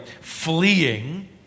fleeing